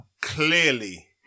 clearly